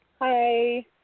Hi